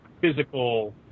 physical